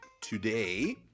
today